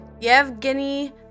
Yevgeny